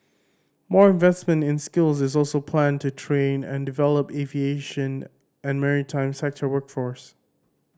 more investment in skills is also planned to train and develop the aviation and maritime sector workforce